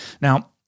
Now